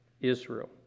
Israel